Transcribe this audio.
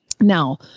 Now